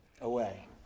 away